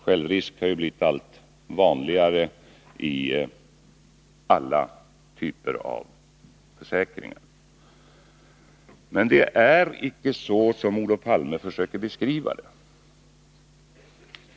Självrisk har blivit allt vanligare i alla typer av försäkringar. Men det är icke så som Olof Palme försöker beskriva det.